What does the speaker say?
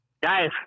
Guys